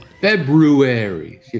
february